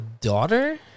daughter